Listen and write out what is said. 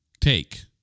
take